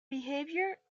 behavior